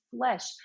flesh